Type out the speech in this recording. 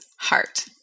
Heart